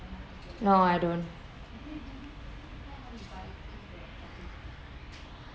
no I don't